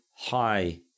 high